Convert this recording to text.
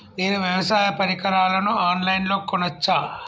నేను వ్యవసాయ పరికరాలను ఆన్ లైన్ లో కొనచ్చా?